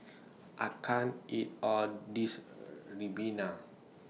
I can't eat All of This Ribena